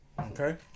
Okay